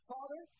Father